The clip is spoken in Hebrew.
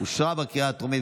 אושרה בקריאה הטרומית,